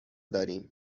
داریم